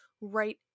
right